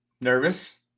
Nervous